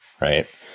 right